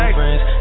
friends